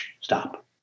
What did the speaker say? Stop